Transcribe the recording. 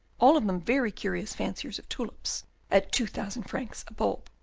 all of them very curious fanciers of tulips at two thousand francs a bulb.